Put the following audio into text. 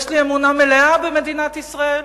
יש לי אמונה מלאה במדינת ישראל,